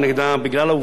בגלל העובדה,